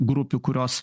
grupių kurios